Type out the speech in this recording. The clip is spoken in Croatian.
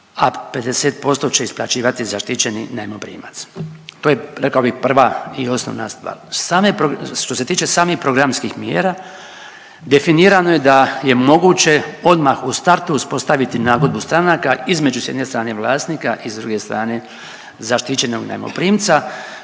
a 50% će isplaćivati zaštićeni najmoprimac. To je rekao bih prva i osnovna stvar. Što se tiče samih programskih mjera definirano je da je moguće odmah u startu uspostaviti nagodbu stranaka između s jedne strane vlasnika i s druge strane zaštićenog najmoprimca